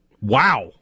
Wow